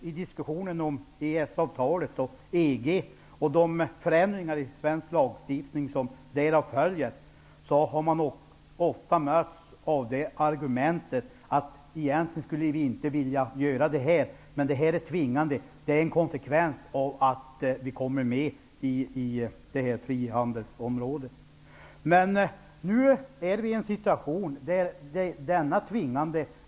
I diskussionen om EES-avtalet och EG och de förändringar i svensk lagstiftning som därav följer har ofta framförts argumentet att vissa åtgärder är en konsekvens av att vi kommer med i frihandelsområdet. Man säger: Vi skulle egentligen inte vilja göra detta, men det är tvingande.